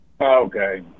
Okay